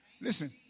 listen